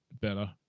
better